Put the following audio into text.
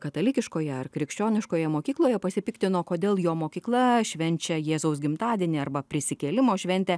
katalikiškoje ar krikščioniškoje mokykloje pasipiktino kodėl jo mokykla švenčia jėzaus gimtadienį arba prisikėlimo šventę